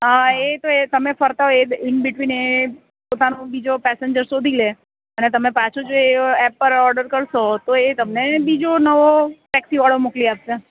એતો એ તમે ફરતા હોય એ બિટવિન એ પોતાનો બીજો પેસેન્જર શોધી લે અને તમે પાછું જો એ એપ પર ઓર્ડર કરશો તો એ તમને બીજો નવો ટેક્સીવાળો મોકલી આપશે